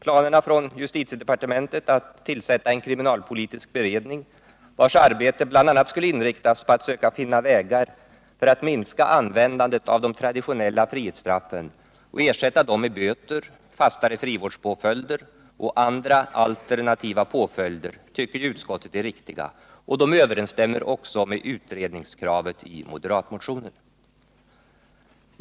Planerna i justitiedepartementet att tillsätta en kriminalpolitisk beredning, vars arbete bl.a. skulle inriktas på att söka finna vägar för att minska användandet av de traditionella frihetsstraffen och ersätta dem med böter, fastare frivårdspåföljder och andra alternativa påföljder, tycker utskottet är riktiga. Det överensstämmer också med utredningskrav i moderatmotionen.